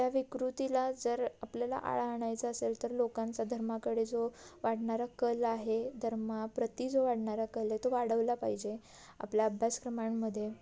त्या विकृतीला जर आपल्याला आळा आणायचं असेल तर लोकांचा धर्माकडे जो वाढणारा कल आहे धर्माप्रति जो वाढणारा कल आहे तो वाढवला पाहिजे आपल्या अभ्यासक्रमांमध्ये